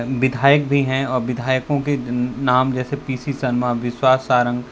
विधायक भी हैं और विधायकों के नाम जैसे पी सी शर्मा विश्वास सारंग